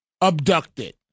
Abducted